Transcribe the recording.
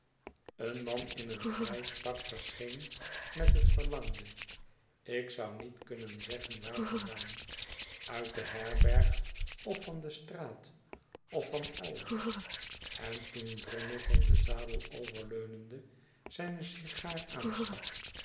een man in een grijs pak verscheen met het verlangde ik zou niet kunnen zeggen waar vandaan uit de herberg of van de straat of van elders en toen drummle van den zadel overleunende zijne sigaar aanstak